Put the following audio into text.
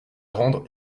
rendre